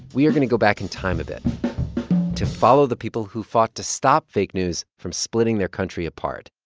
we are going to go back in time a bit to follow the people who fought to stop fake news from splitting their country apart.